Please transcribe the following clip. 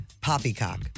poppycock